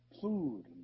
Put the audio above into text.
food